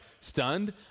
stunned